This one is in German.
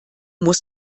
muss